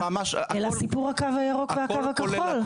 אלא סיפור הקו הירוק והקו הכחול.